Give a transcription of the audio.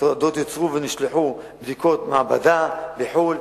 תעודות יוצרו ונשלחו לבדיקות מעבדה בחוץ-לארץ.